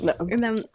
No